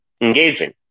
engaging